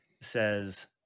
says